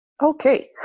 Okay